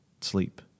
sleep